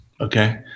Okay